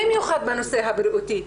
במיוחד בנושא הבריאותי.